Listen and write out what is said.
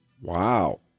Wow